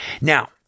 Now